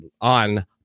on